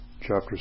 chapter